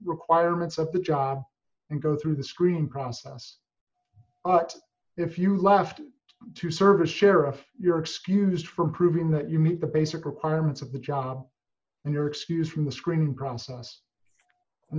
requirements of the job and go through the screening process but if you left to serve a sheriff you're excused from proving that you meet the basic requirements of the job and you're excused from the screening process and